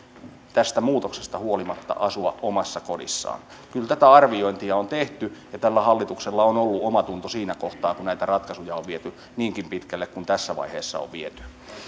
tästä muutoksesta huolimatta asua omassa kodissaan kyllä tätä arviointia on tehty ja tällä hallituksella on ollut omatunto siinä kohtaa kun näitä ratkaisuja on viety niinkin pitkälle kuin tässä vaiheessa on viety